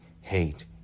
hate